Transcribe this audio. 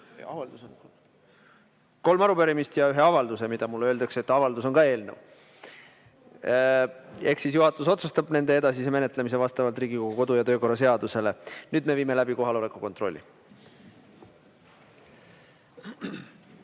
kolm arupärimist ja ühe avalduse, mille kohta mulle öeldakse, et avaldus on ka eelnõu. Eks siis juhatus otsustab nende edasise menetlemise vastavalt Riigikogu kodu- ja töökorra seadusele. Nüüd me viime läbi kohaloleku kontrolli.